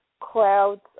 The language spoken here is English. clouds